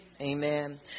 Amen